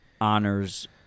honors